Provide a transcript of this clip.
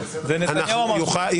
חבר ועדה או לא חבר ועדה,